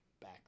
back